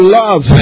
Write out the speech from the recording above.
love